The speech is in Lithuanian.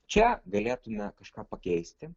čia galėtume kažką pakeisti